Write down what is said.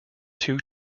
two